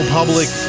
Public